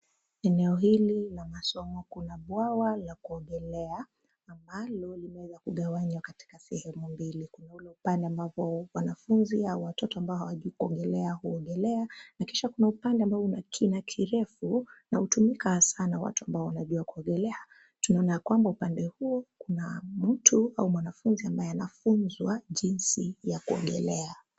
Eneo hili la masomo kuna bwawa la kuogelea ambalo limeweza kugawanya katika sehemu mbili. Kuna ule upande ambapo wanafunzi au watoto ambao hawajui kuogelea, huogelea na kisha kuna upande ambao una kina kirefu na hutumika hasa na watu ambao wanajua kuogelea. Tunaona ya kwamba upande huo kuna mtu au mwanafunzi ambaye anafunzwa jinsi ya kuogelea.